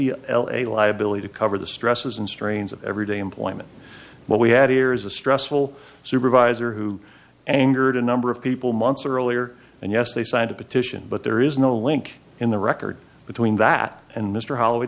e l a liability to cover the stresses and strains of everyday employment what we had here is a stressful supervisor who angered a number of people months earlier and yes they signed a petition but there is no link in the record between that and mr hollow